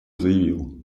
заявил